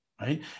right